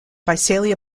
visalia